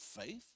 faith